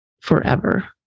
forever